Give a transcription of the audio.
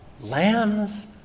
Lambs